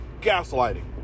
gaslighting